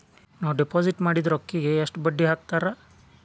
ನಾವು ಡಿಪಾಸಿಟ್ ಮಾಡಿದ ರೊಕ್ಕಿಗೆ ಎಷ್ಟು ಬಡ್ಡಿ ಹಾಕ್ತಾರಾ?